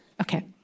Okay